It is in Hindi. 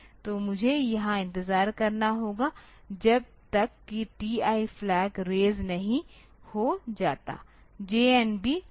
तो मुझे यहां इंतजार करना होगा जब तक किTI फ्लैग रेज नहीं हो जाता है JNB TIL2